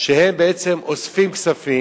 שהם בעצם אוספים כספים,